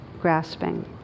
grasping